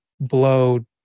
blow